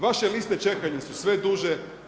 Vaše liste čekanja su sve duže.